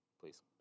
please